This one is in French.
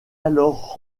alors